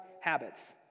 habits